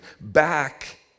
back